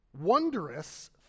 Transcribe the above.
wondrous